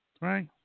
Right